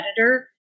editor